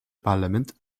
parlament